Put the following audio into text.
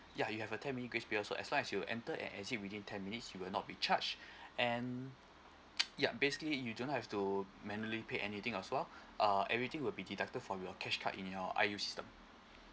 ya you have a ten minutes grace period so as long as you enter and exit within ten minutes you will not be charged and ya basically you don't have to manually pay anything as well uh everything will be deducted from your cash card in your I_U system